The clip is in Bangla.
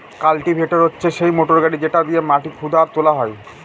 কাল্টিভেটর হচ্ছে সেই মোটর গাড়ি যেটা দিয়েক মাটি খুদা আর তোলা হয়